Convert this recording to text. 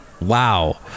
Wow